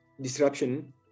disruption